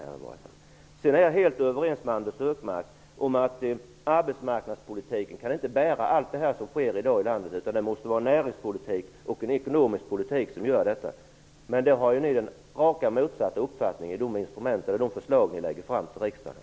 Jag är helt överens med Anders G Högmark om att arbetsmarknadspolitiken inte kan bära allt som sker i landet, utan det behövs även näringspolitik och ekonomisk politik. Men ni har den rakt motsatta uppfattningen i de förslag som ni lägger fram för riksdagen.